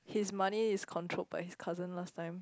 his money is controlled by his cousin last time